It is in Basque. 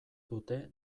dute